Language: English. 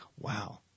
wow